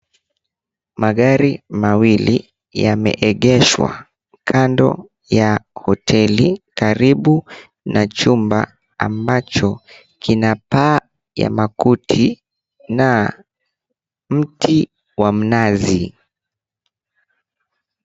Magari mawili yameegeshwa kando ya hoteli karibu na chumba ambacho kina paa la makuti na mti wa mnazi.